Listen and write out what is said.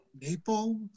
Maple